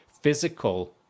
physical